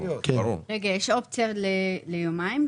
יש אופציה ליומיים?